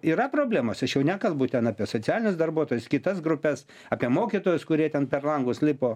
yra problemos aš jau nekalbu ten apie socialinius darbuotojus kitas grupes apie mokytojus kurie ten per langus lipo